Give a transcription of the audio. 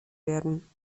werden